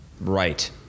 right